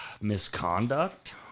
misconduct